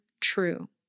true